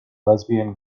lesbian